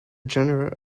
genre